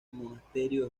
monasterio